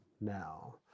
now